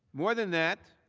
more than that,